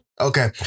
Okay